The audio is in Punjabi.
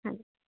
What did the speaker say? ਹਾਂਜੀ